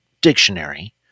dictionary